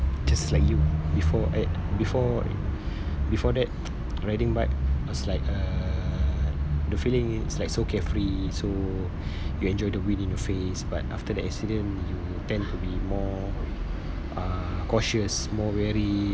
just like you before a~ before before that riding bike was like uh a feeling is like so carefree so you enjoy the wind in your face but after that accident you tend to be more uh cautious more wary